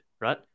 right